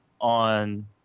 on